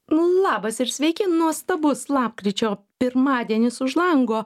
labas ir sveiki nuostabus lapkričio pirmadienis už lango